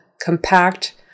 Compact